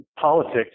politics